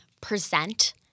present